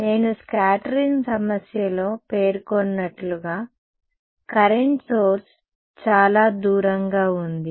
నేను స్కాటరింగ్ సమస్యలో పేర్కొన్నట్లుగా కరెంట్ సోర్స్ చాలా దూరంగా ఉంది